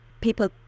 people